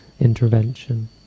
intervention